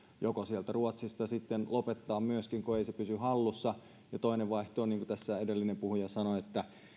joko sieltä ruotsista lopettaa myöskin kun ei se pysy hallussa ja toinen vaihtoehto on se niin kuin tässä edellinen puhuja sanoi